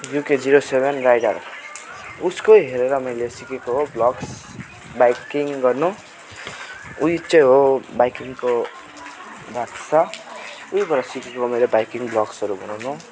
UK zero seven rider उसको हेरेर मैले सिकेको हो ब्लग्स बाइकिङ गर्नु उही चाहिँ हो बाइकिङको बादशाह उहीबाट सिकेको मैले बाइकिङ ब्लग्सहरू बनाउनु